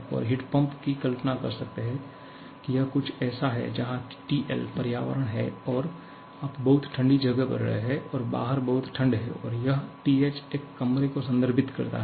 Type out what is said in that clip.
आप heat pump की कल्पना कर सकते हैं कि यह कुछ ऐसा है जहां TL पर्यावरण है और आप बहुत ठंडी जगह पर रह रहे हैं बाहर बहुत ठंड है और यह TH एक कमरे को संदर्भित करता है